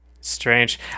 Strange